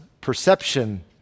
perception